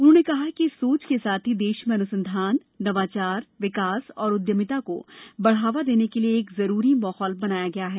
उन्होंने कहा इस सोच के साथ ही देश में अनुसंधान नवाचार विकास और उद्यमिता को बढ़ावा देने के लिए एक जरूरी माहौल बनाया गया है